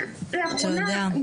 רק לאחרונה,